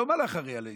לא מלך רק על ישראל,